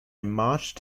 marched